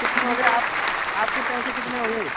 कितने हो गए आप आपके पैसे कितने हुए